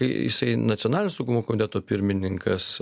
kai jisai nacionalinio saugumo komiteto pirmininkas